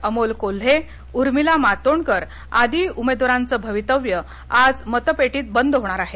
अमोल कोल्हे उर्मिला मातोंडकर आदि उमेदवारांचे भवितव्य आज मतपेटीत बंद होणार आहे